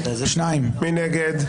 מי נגד?